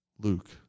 Luke